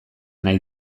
nahi